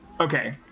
Okay